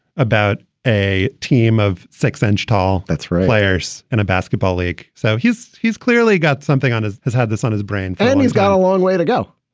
about a team of six inch tall players in a basketball league. so he's. he's clearly got something on his. has had this on his brain and he's got a long way to go.